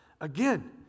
Again